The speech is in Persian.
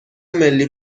ملی